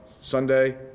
Sunday